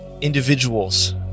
individuals